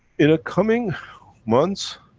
in a coming months,